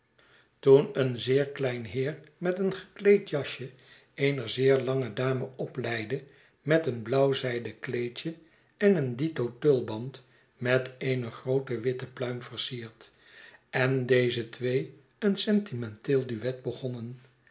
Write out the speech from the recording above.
toen een zeer klein heer met een gekleed jasje eene zeer lange dame opleidde met een blau w zijden kleedje en een dito tulband met eene groote witte pluim versierd en deze twee een sentimenteel duet begonnen